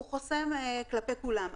הוא חוסם כלפי כולם.